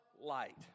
light